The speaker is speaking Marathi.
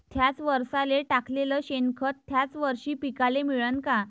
थ्याच वरसाले टाकलेलं शेनखत थ्याच वरशी पिकाले मिळन का?